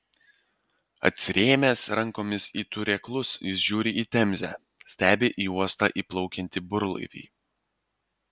atsirėmęs rankomis į turėklus jis žiūri į temzę stebi į uostą įplaukiantį burlaivį